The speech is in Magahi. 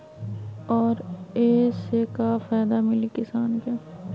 और ये से का फायदा मिली किसान के?